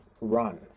run